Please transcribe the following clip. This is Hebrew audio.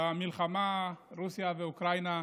במלחמה של רוסיה ואוקראינה,